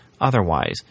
otherwise